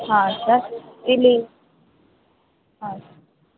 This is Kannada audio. ಹಾಂ ಸರ್ ಇಲ್ಲಿ ಹಾಂ ಸರ್